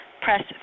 press